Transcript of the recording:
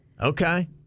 Okay